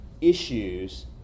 issues